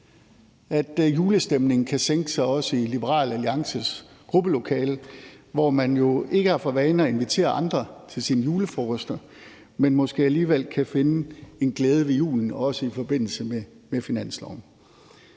så julestemningen også kan sænke sig i Liberal Alliances gruppelokale, hvor man jo ikke har for vane at invitere andre til sine julefrokoster, men måske alligevel også kan finde en glæde ved julen i forbindelse med finansloven.